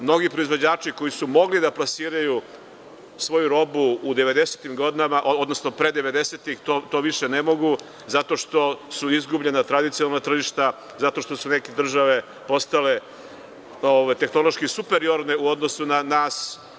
Mnogi proizvođači koji su mogli da plasiraju svoju robu u 90-tim godinama, odnosno pre 90-tih godina, to više ne mogu zato što su izgubljena tradicionalna tržišta, zato što su neke države postale tehnološki superiorne u odnosu na nas.